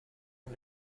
اون